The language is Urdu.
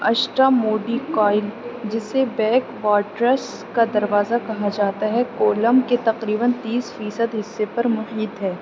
اشٹاموڈی کایل جسے بیک واٹرس کا دروازہ کہا جاتا ہے کولم کے تقریباً تیس فیصد حصے پر محیط ہے